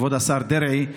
כבוד השר דרעי,